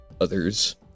others